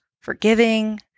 forgiving